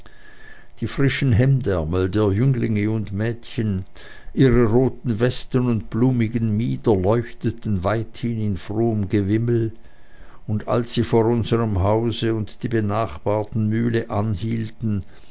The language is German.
die frischen hemdärmel der jünglinge und mädchen ihre roten westen und blumigen mieder leuchteten weithin in frohem gewimmel und als sie vor unserm hause und der benachbarten mühle anhielten